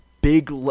big